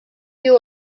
viu